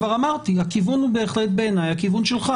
כבר אמרתי, הכיוון בעיני הוא הכיוון שלך.